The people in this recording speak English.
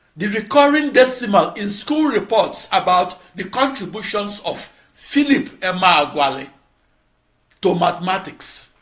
the recurring decimal in school reports about the contributions of philip emeagwali to mathematics?